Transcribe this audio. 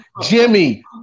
Jimmy